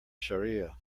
shariah